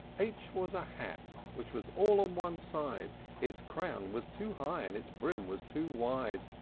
h was a hat which was all on one side its crown was too high, and its brim was too wide.